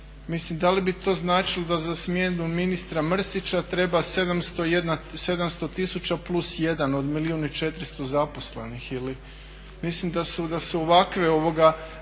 mislim da li bi to značilo da za smjenu ministra Mrsića treba 700 tisuća plus 1 od milijun i 400 zaposlenih? Mislim da su ovakve, da